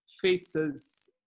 faces